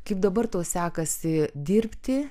kaip dabar tau sekasi dirbti